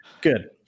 Good